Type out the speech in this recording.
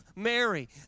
Mary